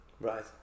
Right